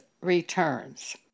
returns